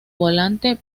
volante